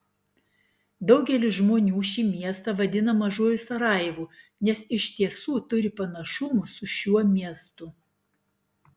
daugelis žmonių šį miestą vadina mažuoju sarajevu nes iš tiesų turi panašumų su šiuo miestu